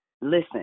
listen